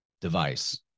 device